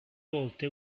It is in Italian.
volte